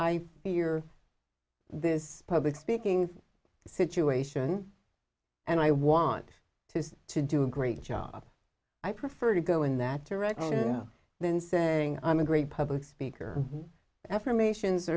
i hear this public speaking situation and i want to to do a great job i prefer to go in that direction than saying i'm a great public speaker affirmations